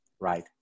right